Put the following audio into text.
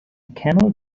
camel